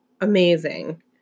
amazing